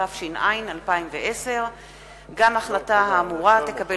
התש"ע 2010. גם ההחלטה האמורה תקבל